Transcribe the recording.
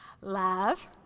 Love